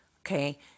Okay